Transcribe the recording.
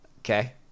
Okay